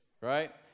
right